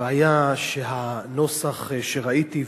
הבעיה היא שהנוסח שראיתי,